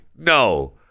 No